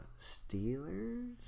Steelers